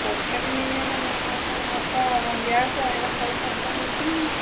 ତରକାରୀ ନେଇଗଲେ ମ୍ୟାମ୍ ଆଉ କ'ଣ ଭାତ ଗ୍ୟାସ୍ ଏଗୁରା ସବୁ ଖର୍ଚ୍ଚ ହେଉଛି ନା